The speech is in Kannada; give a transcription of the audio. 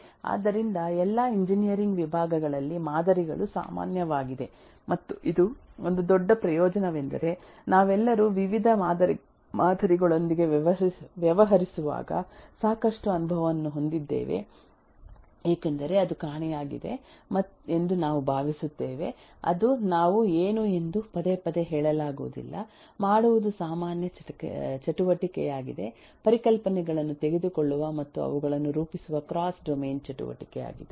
ಆದ್ದರಿಂದ ಎಲ್ಲಾ ಎಂಜಿನಿಯರಿಂಗ್ ವಿಭಾಗಗಳಲ್ಲಿ ಮಾದರಿಗಳು ಸಾಮಾನ್ಯವಾಗಿದೆ ಮತ್ತು ಇದು ಒಂದು ದೊಡ್ಡ ಪ್ರಯೋಜನವೆಂದರೆ ನಾವೆಲ್ಲರೂ ವಿವಿಧ ಮಾದರಿಗಳೊಂದಿಗೆ ವ್ಯವಹರಿಸುವಾಗ ಸಾಕಷ್ಟು ಅನುಭವವನ್ನು ಹೊಂದಿದ್ದೇವೆ ಏಕೆಂದರೆ ಅದು ಕಾಣೆಯಾಗಿದೆ ಎಂದು ನಾವು ಭಾವಿಸುತ್ತೇವೆ ಅದು ನಾವು ಏನು ಎಂದು ಪದೇ ಪದೇ ಹೇಳಲಾಗುವುದಿಲ್ಲ ಮಾಡುವುದು ಸಾಮಾನ್ಯ ಚಟುವಟಿಕೆಯಾಗಿದೆ ಪರಿಕಲ್ಪನೆಗಳನ್ನು ತೆಗೆದುಕೊಳ್ಳುವ ಮತ್ತು ಅವುಗಳನ್ನು ರೂಪಿಸುವ ಕ್ರಾಸ್ ಡೊಮೇನ್ ಚಟುವಟಿಕೆಯಾಗಿದೆ